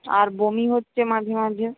আর বমি হচ্ছে মাঝে মাঝে